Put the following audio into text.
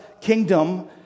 kingdom